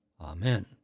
Amen